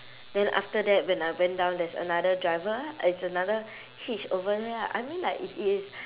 then after that when I went down there's another driver ah there's another hitch over there ah I mean like if it is